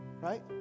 Right